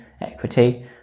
equity